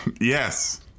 Yes